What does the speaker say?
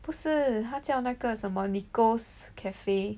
不是它叫那个什么 Nicole's Cafe